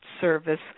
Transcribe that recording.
service